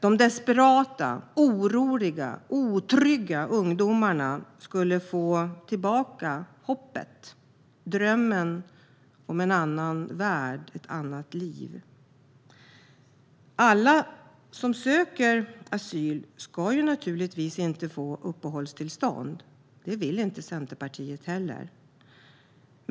De desperata, oroliga och otrygga ungdomarna skulle få tillbaka hoppet och drömmen om en annan värld och ett annat liv. Alla som söker asyl ska inte få uppehållstillstånd. Det vill inte Centerpartiet.